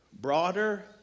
broader